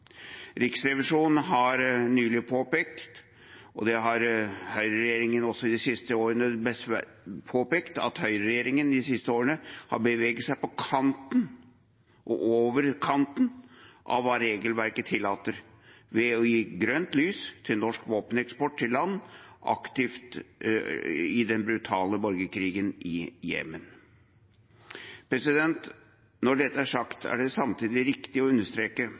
har nylig påpekt at høyreregjeringen de siste årene har beveget seg på kanten – og over kanten – av hva regelverket tillater, ved å gi grønt lys til norsk våpeneksport til land som er aktive i den brutale borgerkrigen i Jemen. Når dette er sagt, er det samtidig viktig å understreke